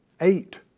eight